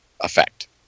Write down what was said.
effect